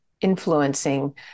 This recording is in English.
influencing